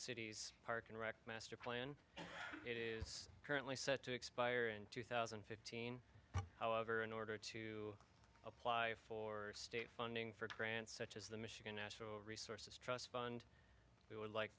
city's parks and rec master plan it is currently set to expire in two thousand and fifteen however in order to apply for state funding for grants such as the michigan national resources trust fund we would like